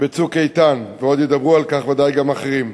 ב"צוק איתן", ועוד ידברו על כך ודאי גם אחרים.